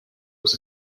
was